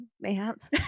mayhaps